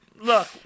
Look